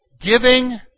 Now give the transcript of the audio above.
giving